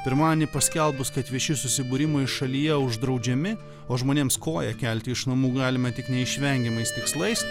pirmadienį paskelbus kad vieši susibūrimai šalyje uždraudžiami o žmonėms koją kelti iš namų galima tik neišvengiamais tikslais